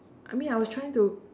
I mean I was trying to